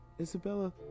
Isabella